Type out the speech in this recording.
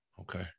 Okay